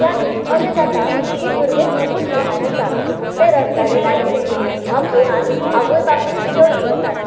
त्या दीस अशें जात की भुरगें खुबच ल्हान आसा तें रडटले कांय कितें ह्या भंयान आवय बापूय चड भियेतात